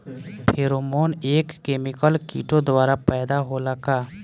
Pheromone एक chemical किटो द्वारा पैदा होला का?